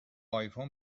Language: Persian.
آیفون